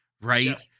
right